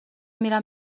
میرم